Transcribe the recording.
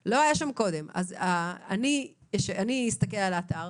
אז אני אסתכל על האתר